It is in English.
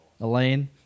Elaine